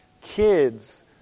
kids